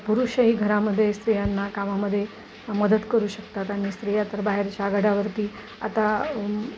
पुरुषही घरामध्ये स्त्रियांना कामामध्ये मदत करू शकतात आणि स्त्रिया तर बाहेरच्या आघाड्यावरती आता